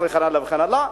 וכן הלאה וכן הלאה.